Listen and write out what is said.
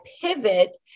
pivot